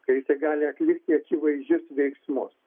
kai gali atlikti akivaizdžius veiksmus